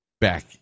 back